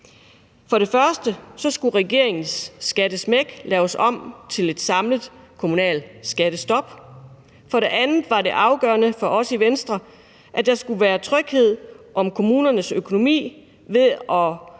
For det første skulle regeringens skattesmæk laves om til et samlet kommunalt skattestop. For det andet var det afgørende for os i Venstre, at der skulle være tryghed om kommunernes økonomi ved at